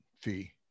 fee